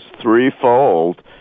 threefold